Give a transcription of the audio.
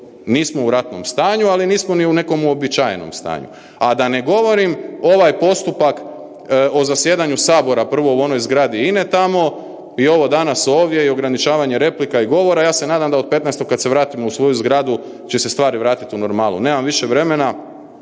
Nismo u ratnom stanju, ali nismo ni u nekom uobičajenom stanju. A da ne govorim, ovaj postupak o zasjedanju Sabora, prvo u onoj zgradi INA-e tamo, i ovo danas ovdje i ograničavanje replika i govora, ja se nadam da od 15. kad se vratimo u svoju zgradu će se stvari vratiti u normalu. Nemam više vremena,